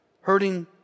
hurting